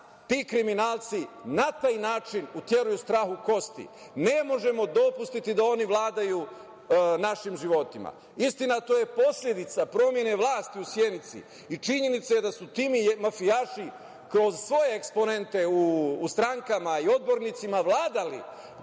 ti kriminalci na taj način uteruju strah u kosti. Ne možemo dopustiti da oni vladaju našim životima. Istina, to je posledica promene vlasti u Sjenici i činjenice da su ti mafijaši kroz svoje eksponente u strankama i odbornicima vladali